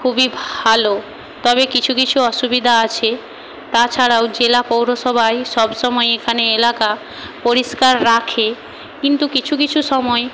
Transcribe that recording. খুবই ভালো তবে কিছু কিছু অসুবিধা আছে তাছাড়াও জেলা পৌরসভায় সবসময় এখানে এলাকা পরিষ্কার রাখে কিন্তু কিছু কিছু সময়